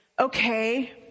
okay